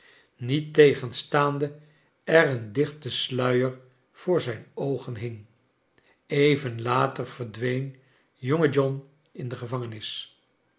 niettegenstaande er een dichte sluier voor zijn oogen hing even later verdween jonge john in de gevangenis